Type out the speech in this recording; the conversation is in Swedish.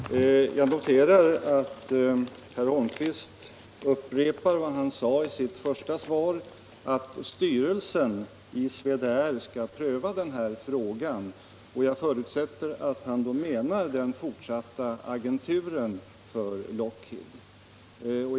Herr talman! Jag noterar att herr Holmqvist upprepar vad han sade i sitt första svar — att styrelsen i Swedair skall pröva den här frågan. Jag förutsätter att han då menar den fortsatta agenturen för Lockheed.